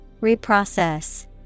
Reprocess